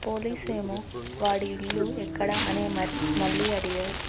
police ఏమో వాడి ఇల్లు ఎక్కడ అనే మళ్ళీ అడిగాడు